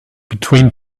between